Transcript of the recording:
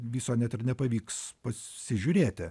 viso net ir nepavyks pasižiūrėti